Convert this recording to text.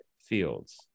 fields